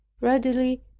readily